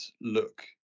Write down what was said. look